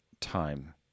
time